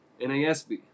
NASB